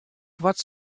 koart